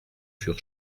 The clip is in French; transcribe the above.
sur